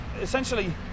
Essentially